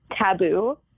taboo